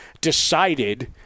decided